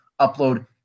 upload